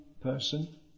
person